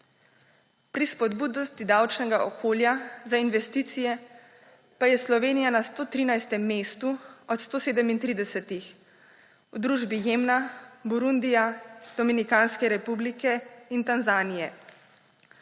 Pri spodbudnosti davčnega okolja za investicije pa je Slovenija na 113. mestu od 137 v družbi Jemna, Burundija, Dominikanske republike in Tanzanije.